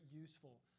useful